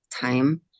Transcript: time